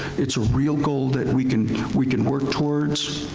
it's a real goal that we can we can work towards.